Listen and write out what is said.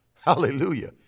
Hallelujah